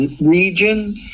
region